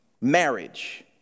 marriage